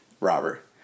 Robert